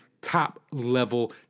top-level